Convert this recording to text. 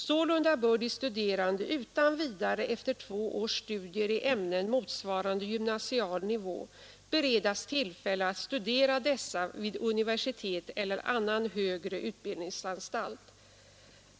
Sålunda bör de studerande utan vidare efter två års studier i ämnen socialhögskolorna motsvarande gymnasial nivå beredas tillfälle att studera dessa vid universitet eller annan högre utbildningsanstalt.